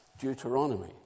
Deuteronomy